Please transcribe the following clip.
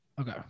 Okay